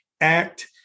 Act